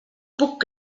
puc